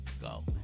go